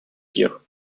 here